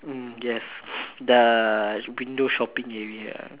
mm yes the window shopping area